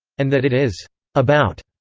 and that it is about.